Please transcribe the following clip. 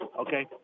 Okay